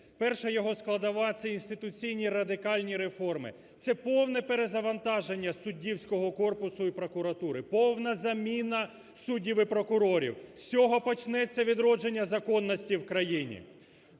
Перша його складова, це інституційні радикальні реформи, це повне перезавантаження суддівського корпусу і прокуратури, повна заміна суддів і прокурорів, з цього почнеться відродження законності в країні.